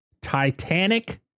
Titanic